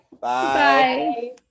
Bye